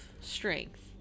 strength